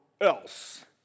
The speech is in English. else